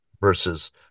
versus